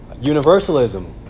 Universalism